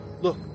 look